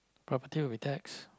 property will be tax